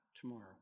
tomorrow